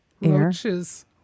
roaches